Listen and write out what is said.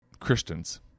Christians